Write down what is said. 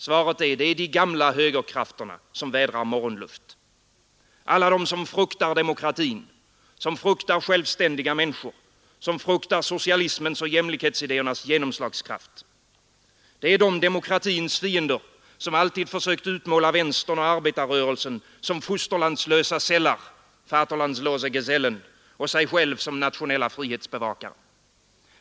Svaret är: Det är de gamla högerkrafterna som vädrar morgonluft, alla de som fruktar demokratin, som fruktar självständiga människor, som fruktar socialismens och jämlikhetsidéernas genomslagskraft. Det är de demokratins fiender som alltid försökt utmåla vänstern och arbetarrörelsen som fosterlandslösa sällar — Vaterlandslose Gesellen — och sig själva som nationella frihetsbevakare.